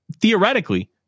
theoretically